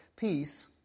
Peace